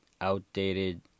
outdated